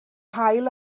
haul